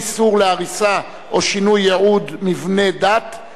איסור התניית עסקה בהתחייבות לתקופה קצובה),